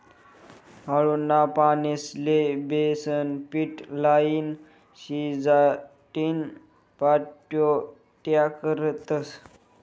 आळूना पानेस्ले बेसनपीट लाईन, शिजाडीन पाट्योड्या करतस